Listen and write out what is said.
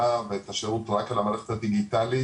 ואת השירות רק על המערכת הדיגיטלית,